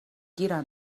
گیرم